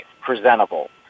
presentable